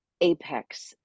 apex